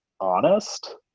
honest